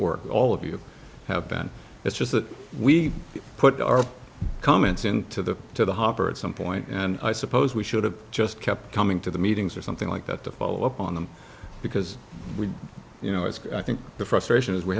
work all of you have been it's just that we put our comments into the to the hopper at some point and i suppose we should have just kept coming to the meetings or something like that to follow up on them because we you know it's i think the frustration is we